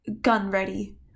gun-ready